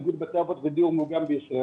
איגוד בתי אבות ודיור מוגן בישראל.